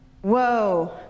whoa